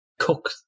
cook